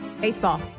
Baseball